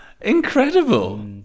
Incredible